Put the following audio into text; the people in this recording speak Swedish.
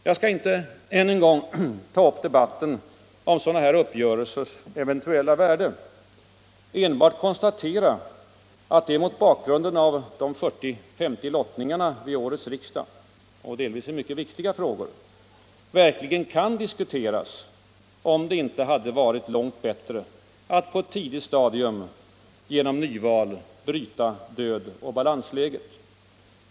Jag skall inte än en gång ta upp debatten om sådana uppgörelsers eventuella värde utan enbart konstatera att det mot bakgrunden av de ca 40 lottningarna i årets riksdag — delvis i mycket viktiga frågor — verkligen kan diskuteras, om det inte hade varit långt bättre att på ett tidigt stadium genom ett nyval bryta dödläget i riksdagen.